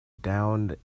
downed